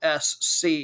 SC